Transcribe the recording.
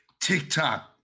TikTok